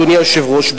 אדוני היושב-ראש,